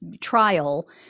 trial